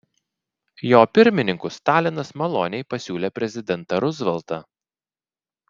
jo pirmininku stalinas maloniai pasiūlė prezidentą ruzveltą